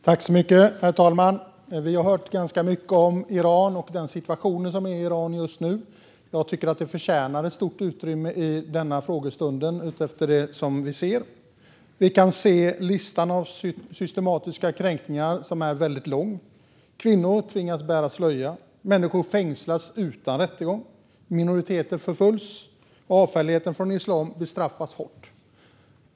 Herr talman! Vi har hört ganska mycket om Iran och den situation som råder i Iran just nu. Jag tycker att det förtjänar ett stort utrymme i den här frågestunden utifrån det vi ser. Listan av systematiska kränkningar är väldigt lång: Kvinnor tvingas bära slöja, människor fängslas utan rättegång, minoriteter förföljs och avfällighet från islam bestraffas hårt.